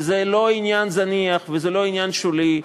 וזה לא עניין זניח וזה לא עניין שולי,